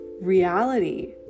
reality